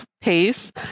pace